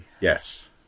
Yes